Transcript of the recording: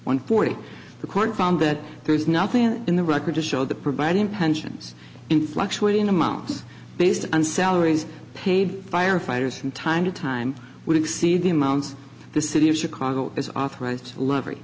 one forty the court found that there's nothing in the record to show the providing pensions in fluctuate in a mouse based on salaries paid firefighters from time to time would exceed the amount the city of chicago is authorized lover